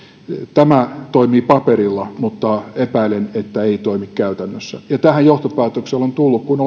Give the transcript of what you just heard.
tämä toimii paperilla mutta epäilen että ei toimi käytännössä ja tähän johtopäätökseen olen tullut kun